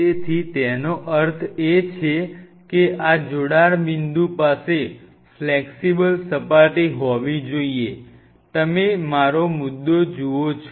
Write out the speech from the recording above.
તેથી તેનો અર્થ એ છે કે આ જોડાણ બિંદુ પાસે ફ્લેક્સીબલ સપાટી હોવી જોઈએ તમે મારો મુદ્દો જુઓ છો